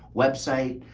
website,